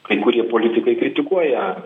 kai kurie politikai kritikuoja